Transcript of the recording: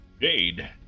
Jade